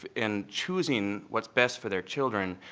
in choosing what's best for their children,